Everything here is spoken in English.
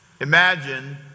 Imagine